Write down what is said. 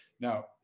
Now